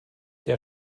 der